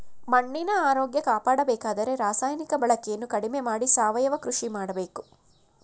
ಮಣ್ಣಿನ ಆರೋಗ್ಯ ಕಾಪಾಡಬೇಕಾದರೆ ರಾಸಾಯನಿಕ ಬಳಕೆಯನ್ನು ಕಡಿಮೆ ಮಾಡಿ ಸಾವಯವ ಕೃಷಿ ಮಾಡಬೇಕು